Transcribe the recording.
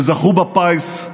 שזכו בפיס,